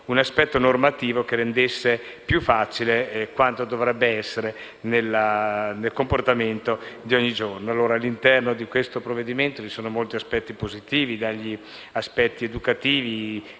un aspetto normativo che renda più facile quanto dovrebbe avvenire nel comportamento di ogni giorno. All'interno di questo provvedimento vi sono molti aspetti positivi: da quelli educativi